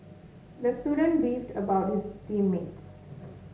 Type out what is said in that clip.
the student beefed about his team mates